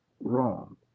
wrong